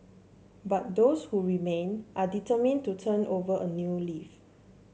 but those who remain are determined to turn over a new leaf